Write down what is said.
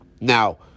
Now